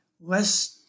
less